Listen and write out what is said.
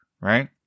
Right